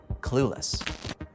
clueless